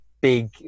big